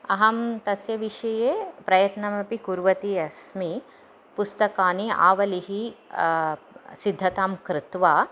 अहं तस्य विषये प्रयत्नमपि कुर्वती अस्मि पुस्तकानाम् आवलिः सिद्धं कृत्वा